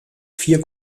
vier